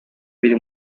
biri